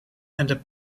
and